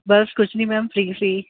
ਬਸ ਕੁਝ ਨਹੀਂ ma'am free ਸੀ